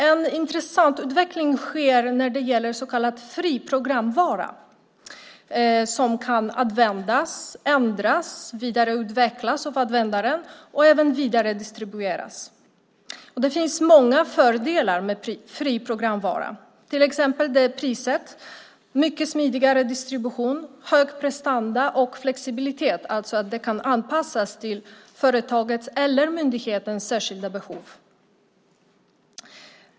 En intressant utveckling sker när det gäller så kallad fri programvara, som kan användas, ändras och vidareutvecklas av användaren och även vidaredistribueras. Det finns många fördelar med fri programvara, till exempel priset, mycket smidigare distribution, hög prestanda och flexibilitet; den kan anpassas till företagets eller myndighetens särskilda behov.